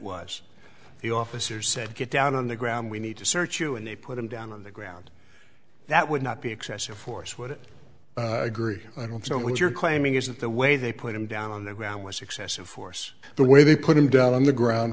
was the officer said get down on the ground we need to search you and they put him down on the ground that would not be excessive force would it agree and if so what you're claiming isn't the way they put him down on the ground was excessive force the way they put him down on the ground